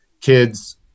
kids